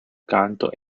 canto